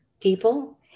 people